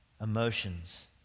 emotions